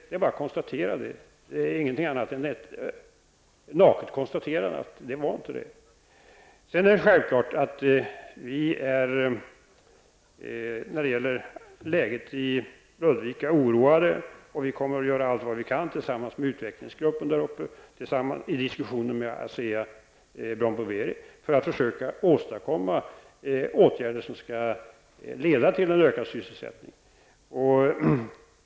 Det är bara att konstatera att det inte var så. Självfallet är vi oroade när det gäller läget i Ludvika. Vi kommer att göra allt vad vi kan tillsammans med utvecklingsgruppen, i diskussion med Asea Brown Boveri, för att försöka åstadkomma åtgärder som skall leda till en ökad sysselsättning.